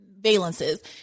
valences